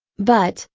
but,